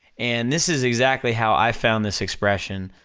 and this is exactly how i found this expression,